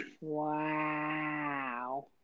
wow